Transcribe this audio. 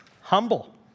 humble